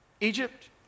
Egypt